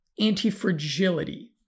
antifragility